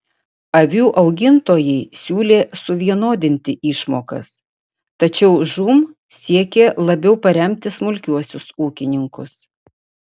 avių augintojai siūlė suvienodinti išmokas tačiau žūm siekė labiau paremti smulkiuosius ūkininkus